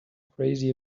crazy